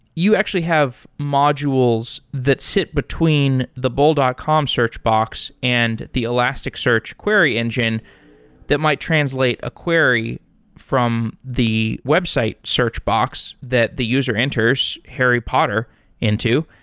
you actually have modules that sit between the bol dot com search box and the elasticsearch query engine that might translate a query from the website search box that the user enters harry potter into,